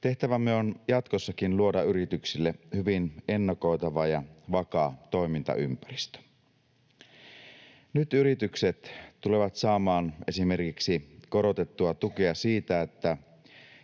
Tehtävämme on jatkossakin luoda yrityksille hyvin ennakoitava ja vakaa toimintaympäristö. Nyt yritykset tulevat saamaan esimerkiksi korotettua tukea siitä, että